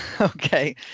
Okay